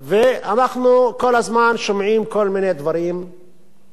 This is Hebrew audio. ואנחנו כל הזמן שומעים כל מיני דברים מהרשויות.